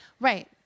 Right